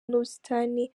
n’ubusitani